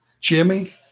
Jimmy